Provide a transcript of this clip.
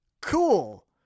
Cool